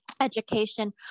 education